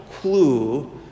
clue